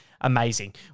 Amazing